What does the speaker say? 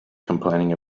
complaining